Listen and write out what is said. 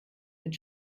mit